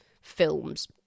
films